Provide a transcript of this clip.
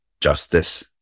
justice